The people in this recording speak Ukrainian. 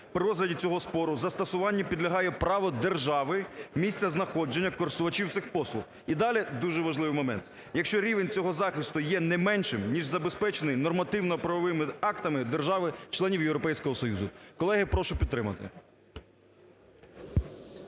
при розгляді цього спору застосуванню підлягає право держави місцезнаходження користувачів цих послуг. І далі дуже важливий момент "якщо рівень цього захисту є не меншим, ніж забезпечений нормативно-правовими актами держав-членів Європейського Союзу". Колеги, прошу підтримати.